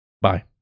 bye